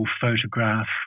photograph